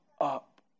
up